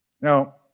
Now